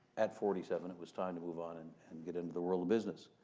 at forty seven it was time to move on and and get into the world of business.